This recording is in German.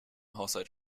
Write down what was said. haushalt